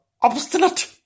obstinate